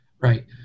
Right